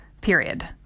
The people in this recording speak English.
period